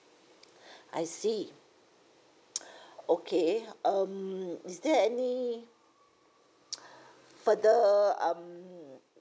I see okay um is there any further um